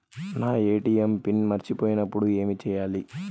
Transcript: నా ATM PIN మర్చిపోయినప్పుడు ఏమి చేయాలి?